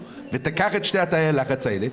ותיקח את שני תאי הלחץ האלה,